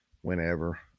whenever